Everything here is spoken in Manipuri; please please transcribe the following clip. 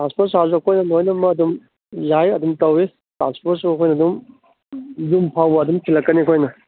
ꯇ꯭ꯔꯥꯟꯁꯄꯣꯔꯠ ꯆꯥꯔꯖꯁꯨ ꯑꯩꯈꯣꯏꯅ ꯂꯣꯏꯅꯃꯛ ꯑꯗꯨꯝ ꯌꯥꯏ ꯑꯗꯨꯝ ꯇꯧꯏ ꯇ꯭ꯔꯥꯟꯁꯄꯣꯔꯠꯁꯨ ꯑꯩꯈꯣꯏꯅ ꯑꯗꯨꯝ ꯌꯨꯝ ꯐꯥꯎꯕ ꯊꯤꯜꯂꯛꯀꯅꯤ ꯑꯩꯈꯣꯏꯅ